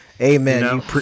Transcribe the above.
Amen